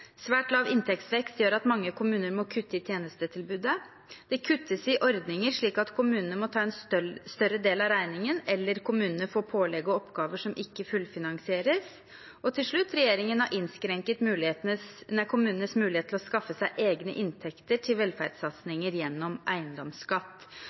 Svært lav inntektsvekst gjør at mange kommuner må kutte i tjenestetilbudet. Det kuttes i ordninger, slik at kommunene må ta en større del av regningen, eller kommunene får pålegg og oppgaver som ikke fullfinansieres. Til slutt har regjeringen innskrenket kommunenes muligheter til å skaffe seg egne inntekter til